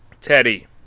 teddy